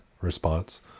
response